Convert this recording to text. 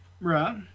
Right